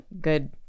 good